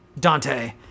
Dante